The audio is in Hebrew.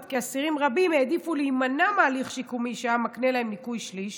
עד כי אסירים רבים העדיפו להימנע מהליך שיקומי שהיה מקנה להם ניכוי שליש